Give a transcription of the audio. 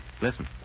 Listen